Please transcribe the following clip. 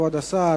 כבוד השר,